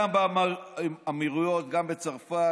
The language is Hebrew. גם באמירויות וגם בצרפת,